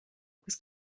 agus